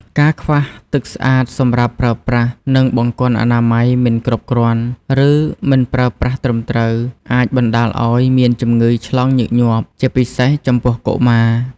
ការខ្វះទឹកស្អាតសម្រាប់ប្រើប្រាស់ និងបង្គន់អនាម័យមិនគ្រប់គ្រាន់ ឬមិនប្រើប្រាស់ត្រឹមត្រូវអាចបណ្តាលឱ្យមានជំងឺឆ្លងញឹកញាប់ ជាពិសេសចំពោះកុមារ។